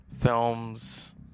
Films